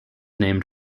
named